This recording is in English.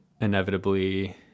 inevitably